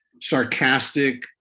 sarcastic